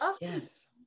yes